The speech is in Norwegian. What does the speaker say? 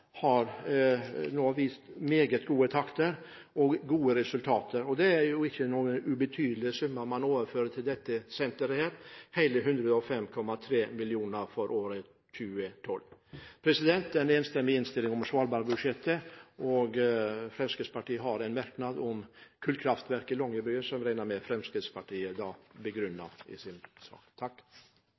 Svalbard nå har vist meget gode resultater. Det er ikke ubetydelige summer man overfører til dette senteret, hele 105,3 mill. kr for 2012. Det er en enstemmig innstilling om svalbardbudsjettet. Fremskrittspartiet har en merknad om kullkraftverket i Longyearbyen, som jeg regner med at Fremskrittspartiet begrunner senere. Vi vil få støtte det innlegget som representanten Nordtun holdt, og vi har, som representanten sa, en enstemmig innstilling. I